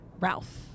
Ralph